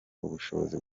ubushobozi